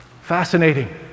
Fascinating